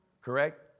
Correct